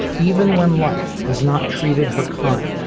even when life has not treated her kind.